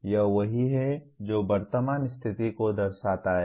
तो यह वही है जो वर्तमान स्थिति को दर्शाता है